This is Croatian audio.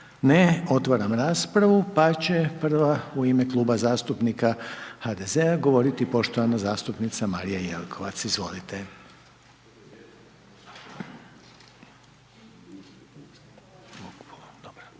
Ne. Otvaram raspravu, pa će prva u ime Kluba zastupnika HDZ-a govoriti poštovana zastupnica Marija Jelkovac, izvolite.